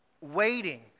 waiting